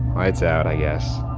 lights out i guess.